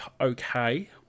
okay